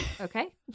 okay